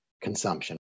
consumption